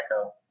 echo